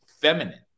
feminine